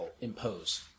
Impose